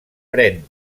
pren